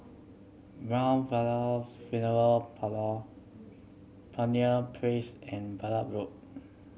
Mt Vernon Funeral Parlour Pioneer Place and Braddell Road